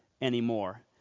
anymore